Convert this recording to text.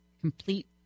complete